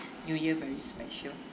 new year very special